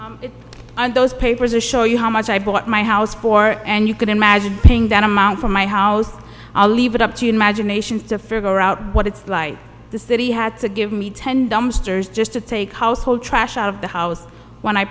on those papers or show you how much i bought my house for and you can imagine paying that amount for my house i'll leave it up to magination to figure out what it's like the city had to give me ten dumpsters just to take household trash out of the house when i